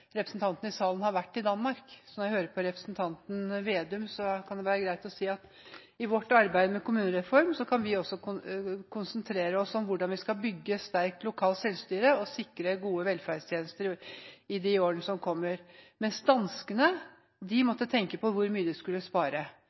i salen har vært i Danmark, så når jeg hørte representanten Slagsvold Vedum, kan det være greit å si at i vårt arbeid med kommunereform kan vi også konsentrere oss om hvordan vi skal bygge et sterkt lokalt selvstyre og sikre gode velferdstjenester i de årene som kommer. Danskene måtte tenke på hvor mye de måtte spare,